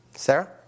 Sarah